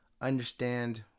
understand